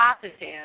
positive